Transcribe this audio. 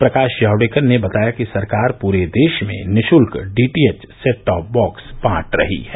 प्रकाश जावड़ेकर ने बताया कि सरकार पूरे देश में निश्ल्क डीटीएच सेटटॉप बॉक्स बांट रही है